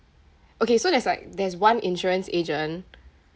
okay so there's like there's one insurance agent